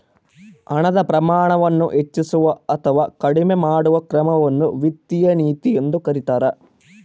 ಹಣದ ಪ್ರಮಾಣವನ್ನು ಹೆಚ್ಚಿಸುವ ಅಥವಾ ಕಡಿಮೆ ಮಾಡುವ ಕ್ರಮವನ್ನು ವಿತ್ತೀಯ ನೀತಿ ಎಂದು ಕರೀತಾರ